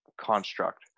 construct